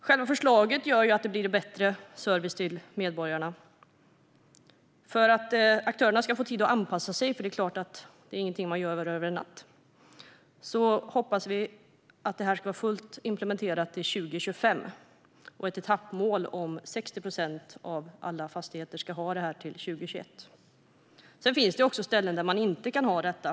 Själva förslaget gör att det blir bättre service till medborgarna, men det är klart att det inte är någonting man gör över en natt. För att aktörerna ska få tid att anpassa sig hoppas vi att det ska vara fullt implementerat till 2025. Ett etappmål är att 60 procent av alla fastigheter ska ha det till 2021. Det finns också ställen där man inte kan ha detta.